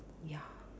ya